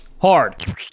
hard